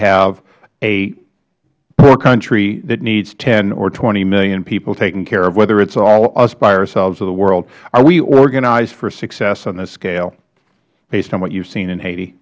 have a poor country that needs ten or twenty million people taken care of whether it is us by ourselves or the world are we organized for success on this scale based on what you have seen in haiti